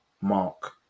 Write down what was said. Mark